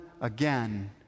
again